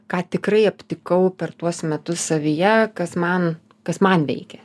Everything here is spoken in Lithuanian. ką tikrai aptikau per tuos metus savyje kas man kas man veikė